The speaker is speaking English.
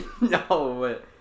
No